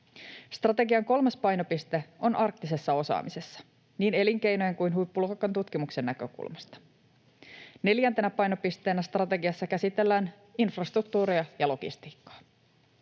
Strategian kolmas painopiste on arktisessa osaamisessa, niin elinkeinojen kuin huippuluokan tutkimuksen näkökulmasta. Neljäntenä painopisteenä strategiassa käsitellään infrastruktuuria ja logistiikkaa.